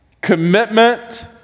commitment